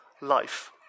life